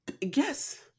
Yes